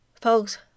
Folks